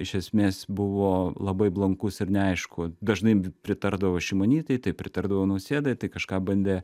iš esmės buvo labai blankus ir neaišku dažnai pritardavo šimonytei tai pritardavo nausėdai tai kažką bandė